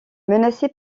menacé